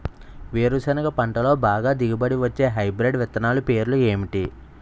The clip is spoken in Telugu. వేరుసెనగ పంటలో బాగా దిగుబడి వచ్చే హైబ్రిడ్ విత్తనాలు పేర్లు ఏంటి?